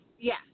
Yes